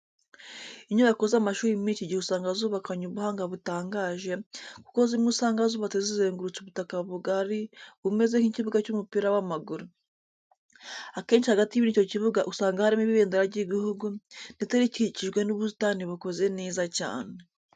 Inyubako z'amashuri muri iki gihe usanga zubakanye ubuhanga butangaje, kuko zimwe usanga zubatse zizengurutse ubutaka bugari bumeze nk'ikibuga cy'umupira w'amaguru. Akenshi hagati muri icyo kibuga usanga harimo ibendera ry'igihugu ndetse rikikijwe n'ubusitani bukoze neza cyane.